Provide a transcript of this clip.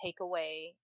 takeaway